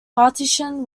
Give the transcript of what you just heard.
partition